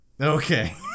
Okay